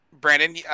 Brandon